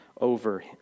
over